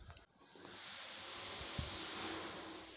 बरसात कब ल कब तक होथे?